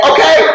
Okay